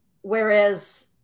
whereas